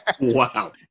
Wow